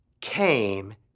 came